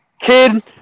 Kid